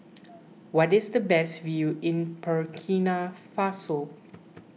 where is the best view in Burkina Faso